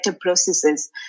processes